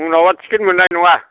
उनावब्ला ticket मोननाय नङा